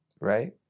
right